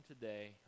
today